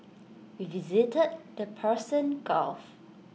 we visited the Persian gulf